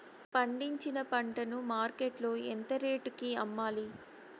పండించిన పంట ను మార్కెట్ లో ఎంత రేటుకి అమ్మాలి?